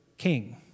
king